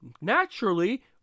naturally